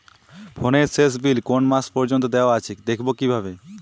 ফোনের শেষ বিল কোন মাস পর্যন্ত দেওয়া আছে দেখবো কিভাবে?